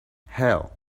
hell